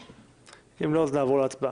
לא, אז נעבור להצבעה.